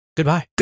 Goodbye